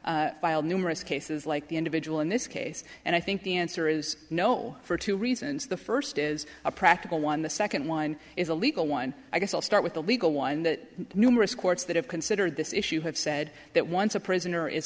filed numerous cases like the individual in this case and i think the answer is no for two reasons the first is a practical one the second one is a legal one i guess i'll start with a legal one that numerous courts that have considered this issue have said that once a prisoner is